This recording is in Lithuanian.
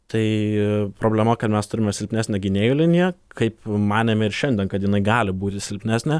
tai problema kad mes turime silpnesnę gynėjų liniją kaip manėme ir šiandien kad jinai gali būti silpnesnė